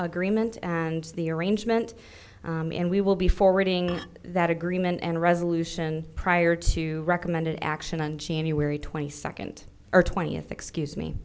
agreement and the arrangement and we will be forwarding that agreement and resolution prior to recommended action on january twenty second or twentieth excuse me